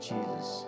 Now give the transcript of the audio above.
Jesus